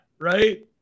right